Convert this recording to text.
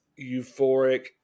euphoric